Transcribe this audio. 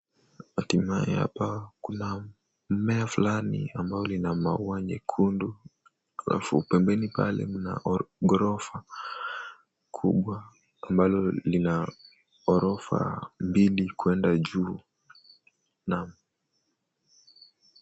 Hatimaye hapa kuna mmea fulani ambao lina maua nyekundu. Halafu pembeni pale mna ghorofa kubwa ambalo lina ghorofa mbili kwenda juu. Naam.